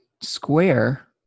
square